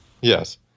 Yes